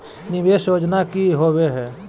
निवेस योजना की होवे है?